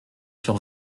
sur